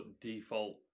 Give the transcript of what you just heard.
default